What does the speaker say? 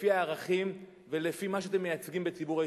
לפי הערכים ולפי מה שאתם מייצגים בציבור הישראלי.